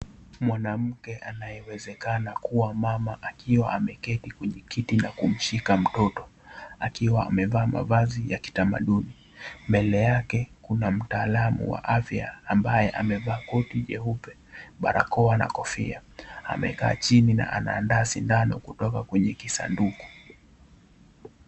Mwanamke anayewezekana kuwa mama ameketi na kumshika mtoto akiwa amevaa mavazi ya kitamaduni. Mbele yake kuna mtaalamu wa afya ambaye amevaa koti jeupe, barakoa na kofia amekaa chini na anaandaa sindano kutoka kwenye kisanduku.